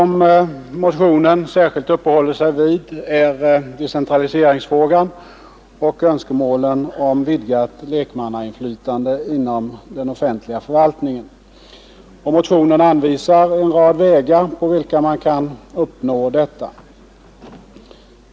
Motionen uppehåller sig särskilt vid decentraliseringsfrågan och önskemålen om vidgat lekmannainflytande inom den offentliga förvaltningen. Motionen anvisar en rad vägar, på vilka man kan uppnå detta.